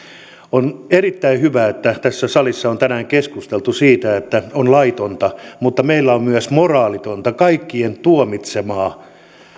on erittäin hyvä että tässä salissa on tänään keskusteltu siitä että on laitonta mutta meillä on myös moraalitonta kaikkien tuomitsemaa